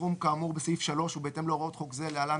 בסכום כאמור בסעיף 3 ובהתאם להוראות חוק זה (להלן,